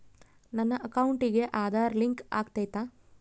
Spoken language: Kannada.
ನನ್ನ ಅಕೌಂಟಿಗೆ ಆಧಾರ್ ಲಿಂಕ್ ಆಗೈತಾ?